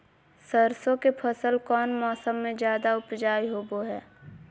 सरसों के फसल कौन मौसम में ज्यादा उपजाऊ होबो हय?